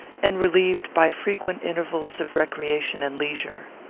and relieved by frequent intervals of recreation and leisure.